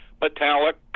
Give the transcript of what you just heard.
metallic